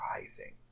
rising